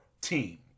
team